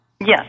Yes